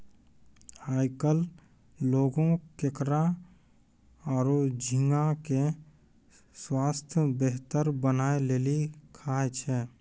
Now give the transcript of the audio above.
आयकल लोगें केकड़ा आरो झींगा के स्वास्थ बेहतर बनाय लेली खाय छै